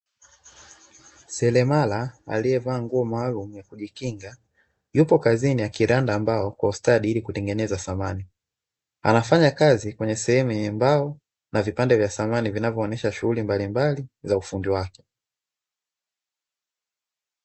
Seremala aliyevaa nguo maalumu ya kujikinga, yupo kazini akiranda mbao kwa ustadi ilikutengeneza samani. Anafanya kazi kwenye sehemu ya mbao na vipande vya samani vinavyoonesha shughuli mbalimbali za ufundi wake.